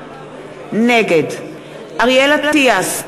נגד אריאל אטיאס,